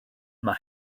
mae